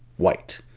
white.